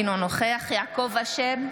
אינו נוכח יעקב אשר,